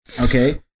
Okay